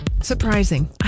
Surprising